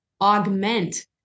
augment